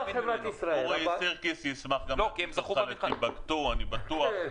אורי סירקיס ישמח לטוס גם לטימבקטו אני בטוח,